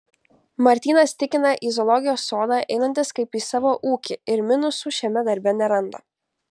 martynas tikina į zoologijos sodą einantis kaip į savo ūkį ir minusų šiame darbe neranda